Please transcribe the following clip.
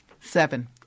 Seven